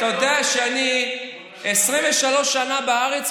אתה יודע שאני 23 שנה בארץ,